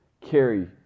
carry